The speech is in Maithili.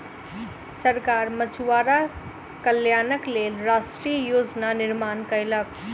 सरकार मछुआरा कल्याणक लेल राष्ट्रीय योजना निर्माण कयलक